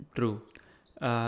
True